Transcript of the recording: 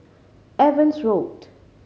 Evans Road